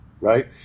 right